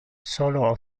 solo